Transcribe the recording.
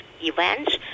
events